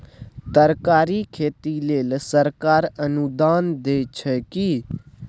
तरकारीक खेती लेल सरकार अनुदान दै छै की?